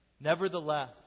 Nevertheless